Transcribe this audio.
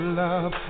love